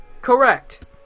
Correct